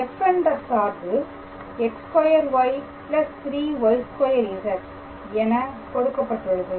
f என்ற சார்பு x2y 3y2z என கொடுக்கப்பட்டுள்ளது